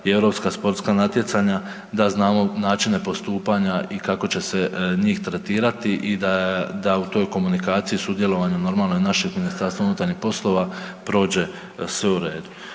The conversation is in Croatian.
i europska sportska natjecanja, da znamo načine postupanja i kako će se njih tretirati i da u toj komunikaciji i sudjelovanju normalno, i našem MUP-u prođe sve u redu.